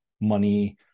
money